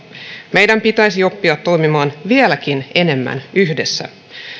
meidän pitäisi oppia toimimaan vieläkin enemmän yhdessä